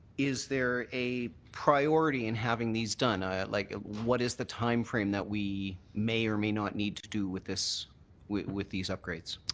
is there a priority in having these done? like, what is the time frame that we may or may not need to do with this with with these upgrades?